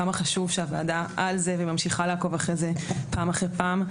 כמה חשוב שהוועדה על זה וממשיכה לעקוב אחרי זה פעם אחרי פעם.